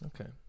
Okay